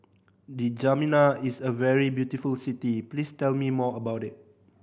N'Djamena is a very beautiful city please tell me more about it